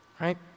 Right